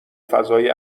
فضای